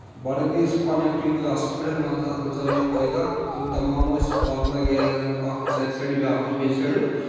بَڑٕ گٔے سُہ کوٚنیٚکٹہٕ گٔے اَصٕل پٲٹھۍ مان ژٕ اَتھ منٛز آو یہِ فٲیدٕ اکھ یِم تمام ٲسۍ فارفلنٛگ ایریاہَس منٛز اَکھ اوس اکہِ سایڈٕ بیٛاکھ اوس بیٚیہِ سایڈُک